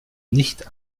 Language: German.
nicht